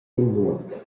nuot